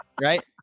Right